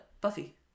Buffy